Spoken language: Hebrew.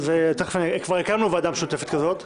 כבר הקמנו ועדה משותפת כזו.